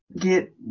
get